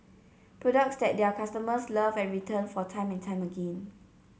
products that their customers love and return for time and time again